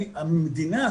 המדינה,